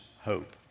hope